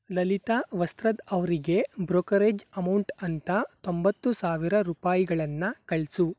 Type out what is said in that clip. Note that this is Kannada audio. ಲಲಿತಾ ವಸ್ತ್ರದ್ ಅವರಿಗೆ ಬ್ರೋಕರೇಜ್ ಅಮೌಂಟ್ ಅಂತ ತೊಂಬತ್ತು ಸಾವಿರ ರೂಪಾಯಿಗಳನ್ನು ಕಳಿಸು